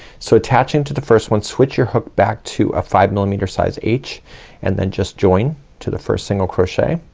so attaching to the first one switch your hook back to a five and i mean mm, size h and then just join to the first single crochet,